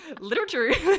literature